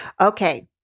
Okay